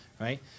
right